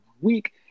week